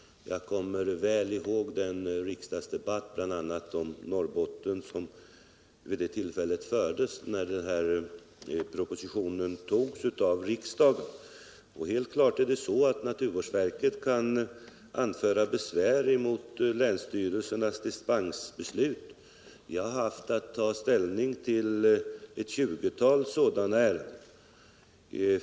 Jag kommer väl ihåg den riksdagsdebatt som fördes, bl.a. om Norrbotten, när propositionen antogs av riksdagen. Det är helt klart att naturvårdsverket kan anföra besvär över länsstyrelsernas dispensbeslut. Regeringen har haft att ta ställning till ett tjugotal sådana ärenden.